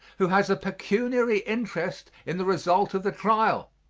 who has a pecuniary interest in the result of the trial.